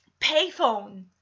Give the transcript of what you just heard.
payphone